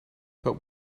but